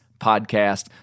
Podcast